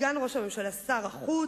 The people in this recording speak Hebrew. סגן ראש הממשלה שר החוץ,